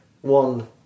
One